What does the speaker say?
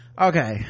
okay